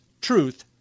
truth